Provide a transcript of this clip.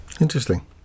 Interesting